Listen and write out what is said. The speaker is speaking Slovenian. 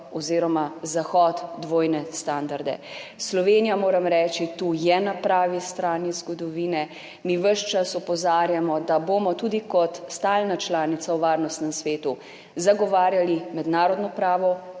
oziroma Zahod dvojne standarde. Slovenija, moram reči, je tu na pravi strani zgodovine. Mi ves čas opozarjamo, da bomo tudi kot stalna članica v Varnostnem svetu zagovarjali mednarodno pravo,